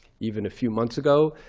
even a few months ago.